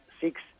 six